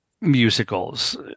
musicals